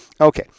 okay